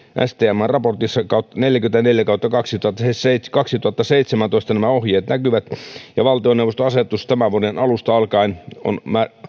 stmn raportissa neljäkymmentäneljä kautta kaksituhattaseitsemäntoista nämä ohjeet näkyvät ja valtioneuvoston asetus tämän vuoden alusta alkaen on